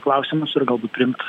klausimus ir galbūt priimt